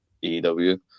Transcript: EW